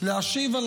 להשיב על